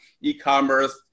e-commerce